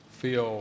feel